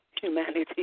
humanity